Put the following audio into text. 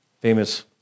famous